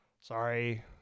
Sorry